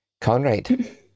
Conrad